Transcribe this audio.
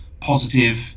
positive